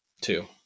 two